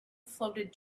floated